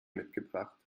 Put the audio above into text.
mitgebracht